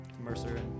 Mercer